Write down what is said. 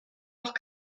doch